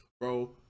bro